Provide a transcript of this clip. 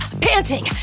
panting